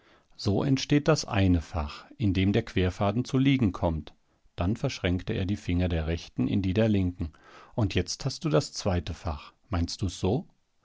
so entsteht das eine fach in dem der querfaden zu liegen kommt dann verschränkte er die finger der rechten in die der linken und jetzt hast du das zweite fach meinst du's so